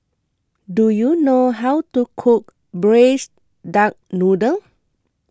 do you know how to cook Braised Duck Noodle